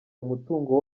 umutungo